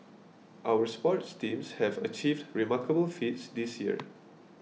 our sports teams have achieved remarkable feats this year